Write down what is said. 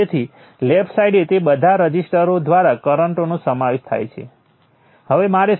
તેથી આ રીતે આપણે સર્કિટનો સંપૂર્ણ ઉકેલ મેળવી શકીએ છીએ